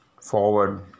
forward